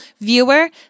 viewer